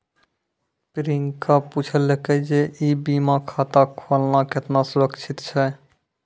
प्रियंका पुछलकै जे ई बीमा खाता खोलना केतना सुरक्षित छै?